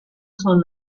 son